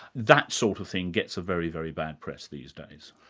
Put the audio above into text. that sort of thing gets a very, very bad press these days.